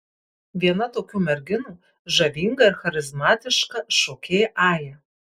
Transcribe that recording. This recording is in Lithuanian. viena tokių merginų žavinga ir charizmatiška šokėja aja